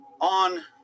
on